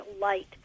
light